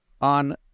on